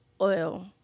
oil